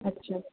ਅੱਛਾ